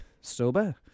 Sober